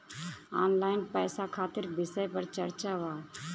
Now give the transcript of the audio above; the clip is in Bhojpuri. ऑनलाइन पैसा खातिर विषय पर चर्चा वा?